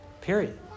Period